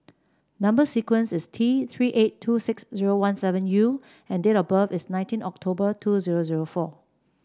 number sequence is T Three eight two six zero one seven U and date of birth is nineteen October two zero zero four